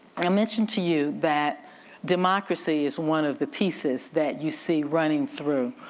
i mentioned to you that democracy is one of the pieces that you see running through.